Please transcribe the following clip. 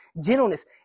gentleness